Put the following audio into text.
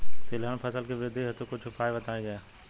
तिलहन फसल के वृद्धी हेतु कुछ उपाय बताई जाई?